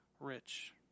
Rich